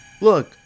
Look